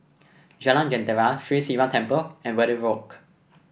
Jalan Jentera Sri Sivan Temple and Verde Walk